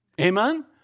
Amen